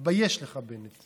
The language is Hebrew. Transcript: תתבייש לך, בני.